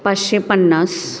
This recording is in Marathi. पाचशे पन्नास